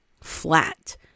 flat